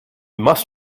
must